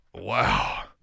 Wow